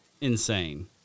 insane